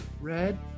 Red